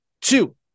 Two